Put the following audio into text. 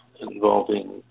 involving